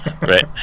Right